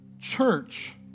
church